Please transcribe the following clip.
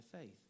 faith